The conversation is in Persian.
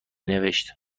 نوشت